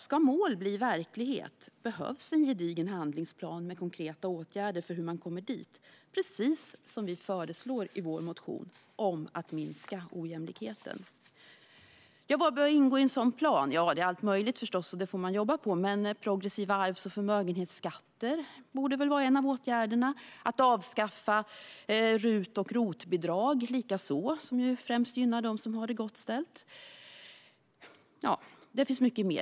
Ska mål bli verklighet behövs en gedigen handlingsplan med konkreta åtgärder för hur man kommer dit, precis som vi föreslår i vår motion om att minska ojämlikheten. Vad bör ingå i en sådan plan? Det är allt möjligt, förstås, och det får man jobba med. Men progressiva arvs och förmögenhetsskatter borde väl vara en av åtgärderna. Att avskaffa RUT och ROT-bidrag likaså, som ju främst gynnar dem som har det gott ställt. Ja, det finns mycket mer.